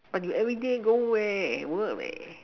but you everyday go where work where